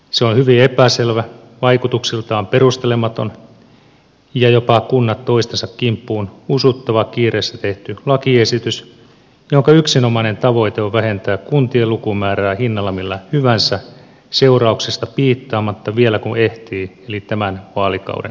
se on hyvin epäselvä vaikutuksiltaan perustelematon ja jopa kunnat toistensa kimppuun usuttava kiireessä tehty lakiesitys jonka yksinomainen tavoite on vähentää kuntien lukumäärää hinnalla millä hyvänsä seurauksista piittaamatta vielä kun ehtii eli tämän vaalikauden aikana